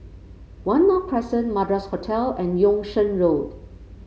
One North Crescent Madras Hotel and Yung Sheng Road